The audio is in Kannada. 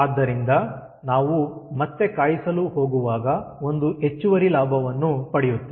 ಆದ್ದರಿಂದ ನಾವು ಮತ್ತೆ ಕಾಯಿಸಲು ಹೋಗುವಾಗ ಒಂದು ಹೆಚ್ಚುವರಿ ಲಾಭವನ್ನು ಪಡೆಯುತ್ತೇವೆ